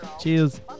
Cheers